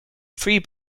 three